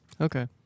Okay